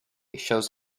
shows